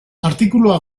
artikulua